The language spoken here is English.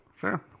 Sure